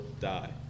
die